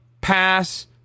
pass